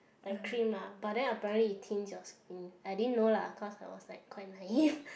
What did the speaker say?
like cream lah but then apparently it thins your skin I didn't know lah cause I was like quite naive